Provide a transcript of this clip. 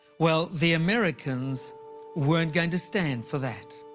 well, the americans weren't going to stand for that.